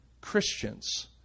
Christians